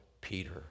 Peter